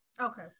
Okay